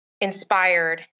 inspired